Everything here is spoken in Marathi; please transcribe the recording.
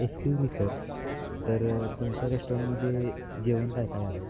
एसक्यूज मी सर तर तुमच्या रेस्टॉरंटमध्ये जेवण काय काय आहे